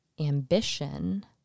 ambition